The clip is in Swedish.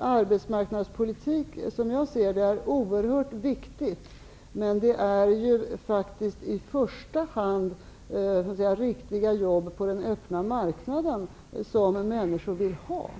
arbetsmarknadspolitik. Som jag ser det är arbetsmarknadspolitik oerhört viktig, men det är ju faktiskt i första hand riktiga jobb på den öppna marknaden som människor vill ha.